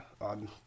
on